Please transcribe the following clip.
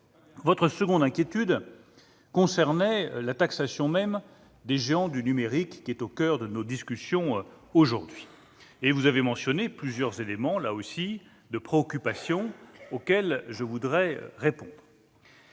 Votre seconde inquiétude concernait la taxation même des géants du numérique, qui est au coeur de nos discussions aujourd'hui. Vous avez mentionné plusieurs éléments de préoccupation auxquels je voudrais répondre.